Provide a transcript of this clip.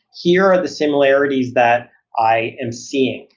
here are the similarities that i am seeing.